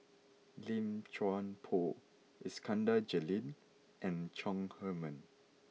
Lim Chuan Poh Iskandar Jalil and Chong Heman